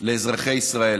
לאזרחי ישראל